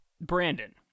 brandon